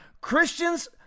Christians